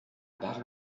bar